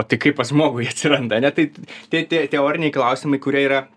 o tai kaip pas žmogų jie atsiranda ane tai tie te teoriniai klausimai kurie yra